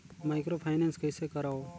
Microfinance कइसे करव?